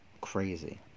crazy